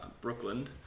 Brooklyn